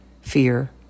fear